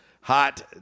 hot